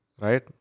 Right